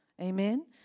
Amen